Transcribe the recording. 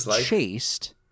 chased